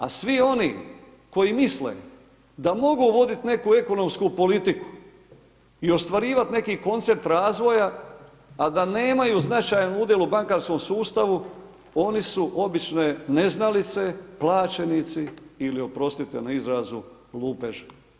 A svi oni koji misle da mogu voditi neku ekonomsku politiku i ostvarivati neki koncept razvoja a da nemaju značajan udjel u bakarskom sustavu oni su obične neznalice, plaćenici ili oprostite na izrazu lupeži.